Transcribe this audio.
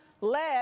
led